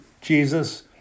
Jesus